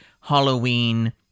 Halloween